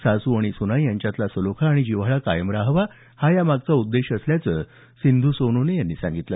सासू आणि सुना यांच्यातला सलोखा आणि जिव्हाळा कायम राहावा हा या मागचा उद्देश असल्याचं सिंधू सोन्ने यांनी सांगितलं